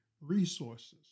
resources